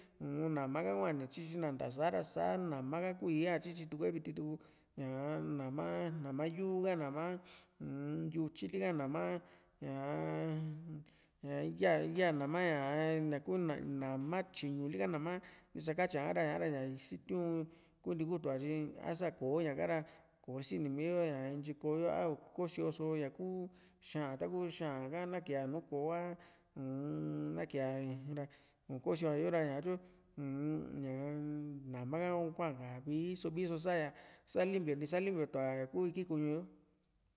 uu-n nama ha kuaa ni tyityina nta sa´a ra sa nama kuu ii´a tyityi tu´yi viti tuku ñaa nama ha nama yuu ka nama uu-m yutyi lika nama ñaa ya ya nama ñaa ñaku nama tyiñuli ka ñaku nama ntisakatyiá ra ña´ra ña sitiu´n kuntii kutu´a tyi asa kò´o ñaka ra kosini mii´yi ntyi koo yo á nii ko´so ña kuu xa´an taku xa´an ka na ke´a nùù ko´o uu-n na ke´a ra ikosio´a yo tyu uu-m ñaa nama ha kuaa vii so vii so sa´ña sa limpio nti sa limpio tua ña kuu iki kuñu yo